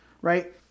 right